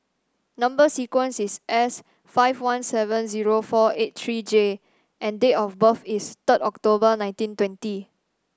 number sequence is S five one seven zero four eight three J and date of birth is third October nineteen twenty